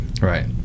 Right